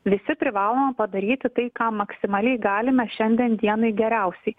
visi privalome padaryti tai ką maksimaliai galime šiandien dienai geriausiai